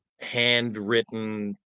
handwritten